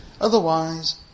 Otherwise